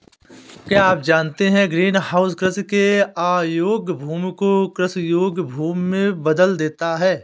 क्या आप जानते है ग्रीनहाउस कृषि के अयोग्य भूमि को कृषि योग्य भूमि में बदल देता है?